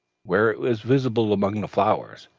where it was visible among the flowers.